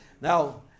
Now